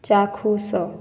ଚାକ୍ଷୁସ